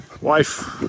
Wife